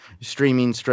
streaming